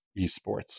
esports